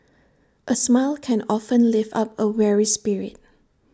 A smile can often lift up A weary spirit